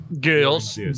Girls